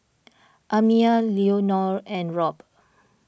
Amiyah Leonor and Rob